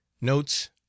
Notes